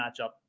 matchup